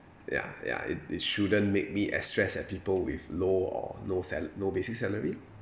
ya ya it it shouldn't make me as stress at people with low or no sal~ no basic salary